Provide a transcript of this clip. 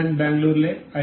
ഞാൻ ഖരഗ്പൂരിലെ ഐ